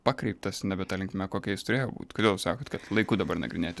pakreiptas nebe ta linkme kokia jis turėjo būt kodėl jus sakot kad laiku dabar nagrinėti